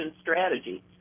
strategy